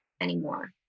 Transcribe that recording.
anymore